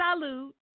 salute